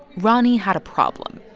roni had a problem.